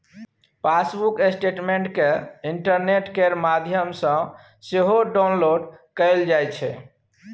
passbook statement केँ internet केर माध्यमसँ सेहो डाउनलोड कएल जा सकै छै